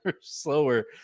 slower